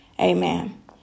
Amen